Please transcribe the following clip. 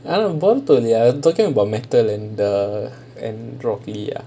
அது:athu baruto I was talking about metal and the and rock lee ah